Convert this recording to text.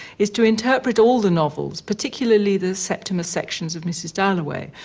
is to interpret all the novels, particularly the septimus sections of mrs. dalloway,